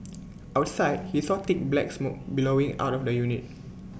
outside he saw thick black smoke billowing out of the unit